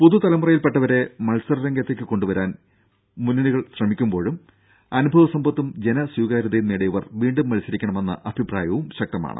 പുതു തലമുറയിൽപ്പെട്ടവരെ മത്സരരംഗത്തേക്ക് കൊണ്ടുവരാൻ മുന്നണികൾ ശ്രമിക്കുമ്പോളും അനുഭവ സമ്പത്തും ജനസ്വീകാര്യതയും നേടിയവർ വീണ്ടും മത്സരിക്കണമെന്ന അഭിപ്രായവും ശക്തമാണ്